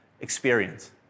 experience